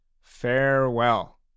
Farewell